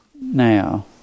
Now